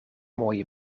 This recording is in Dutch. mooie